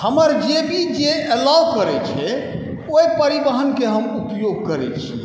हमर जेबी जे एलाउ करै छै ओहि परिवहनके हम उपयोग करै छिए